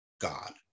God